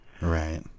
Right